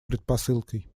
предпосылкой